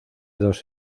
dos